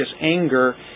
anger